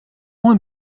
one